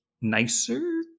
nicer